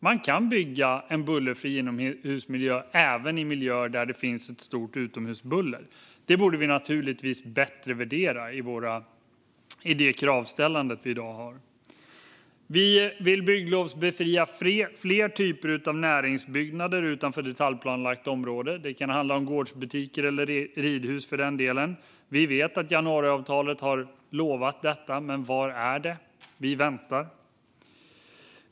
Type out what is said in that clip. Man kan bygga en bullerfri inomhusmiljö även i miljöer där det finns ett omfattande utomhusbuller. Detta borde vi naturligtvis bättre värdera i det kravställande vi i dag har. Vi vill bygglovsbefria fler typer av näringsbyggnader utanför detaljplanelagt område; det kan handla om gårdsbutiker eller ridhus, för den delen. Vi vet att januariavtalet har lovat detta, men var är det? Vi väntar.